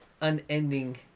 unending